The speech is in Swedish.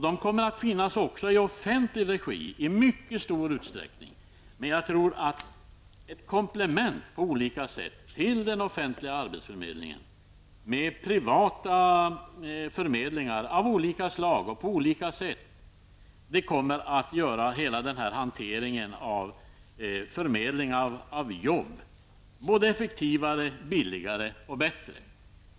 De kommer att finnas kvar också i offentlig regi i mycket stor omfattning, men jag tror att ett komplement till den offentliga arbetsförmedlingen med privata förmedlingar av olika slag kommer att göra hela hanteringen av förmedlingar av jobb både effektivare, billigare och bättre.